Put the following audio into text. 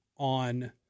On